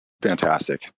Fantastic